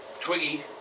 Twiggy